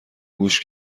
گوش